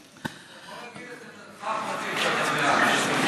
אתה יכול להגיד את עמדתך הפרטית, שאתה בעד.